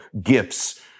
gifts